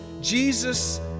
Jesus